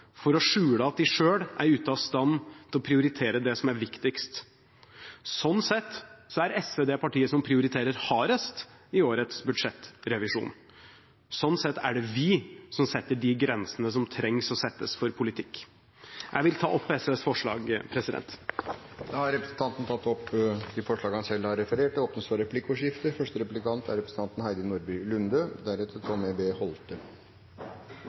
for å skjule at de selv er ute av stand til å prioritere det som er viktigst. Sånn sett er SV det partiet som prioriterer hardest i årets budsjettrevisjon. Sånn sett er det vi som setter de grensene som trenges å settes for politikk. Jeg vil ta opp SVs forslag. Representanten Snorre Serigstad Valen har tatt opp de forslagene han refererte til. Det blir replikkordskifte. På veggen til